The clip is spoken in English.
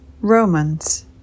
Romans